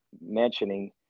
mentioning